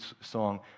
song